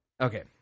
Okay